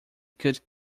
could